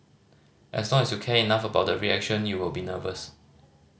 as long as you care enough about the reaction you will be nervous